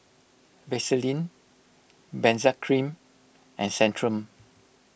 Vaselin Benzac Cream and Centrum